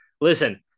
Listen